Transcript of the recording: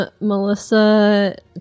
Melissa